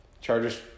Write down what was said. Chargers